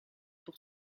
pour